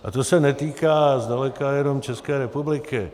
A to se netýká zdaleka jenom České republiky.